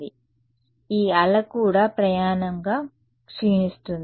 కాబట్టి ఈ అల కూడా ప్రయాణంగా క్షీణిస్తుంది